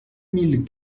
mille